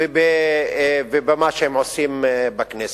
ובמה שהם עושים בכנסת.